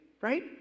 right